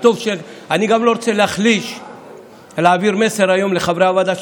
אני גם לא רוצה להחליש או להעביר מסר היום לחברי הוועדה,